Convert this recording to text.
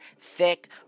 thick